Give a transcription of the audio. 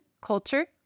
culture